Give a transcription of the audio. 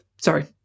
sorry